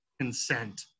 consent